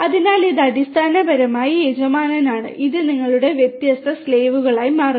അതിനാൽ ഇത് അടിസ്ഥാനപരമായി യജമാനനാണ് ഇത് നിങ്ങളുടെ വ്യത്യസ്ത അടിമകളായി മാറുന്നു